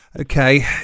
Okay